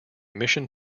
mission